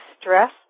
stress